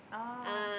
ah